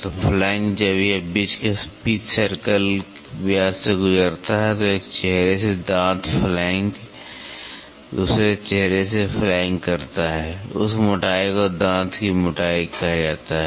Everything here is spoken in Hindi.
तो फ़्लैंक जब यह बीच के पिच सर्कल व्यास से गुज़रता है तो एक चेहरे से दाँत फ़्लैंक दूसरे चेहरे से फ़्लैंक करता है उस मोटाई को दाँत की मोटाई कहा जाता है